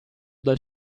dal